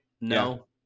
No